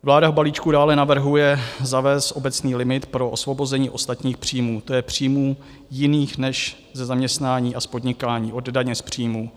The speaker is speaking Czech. Vláda v balíčku dále navrhuje zavést obecný limit pro osvobození ostatních příjmů, to je příjmů jiných než ze zaměstnání a z podnikání od daně z příjmů.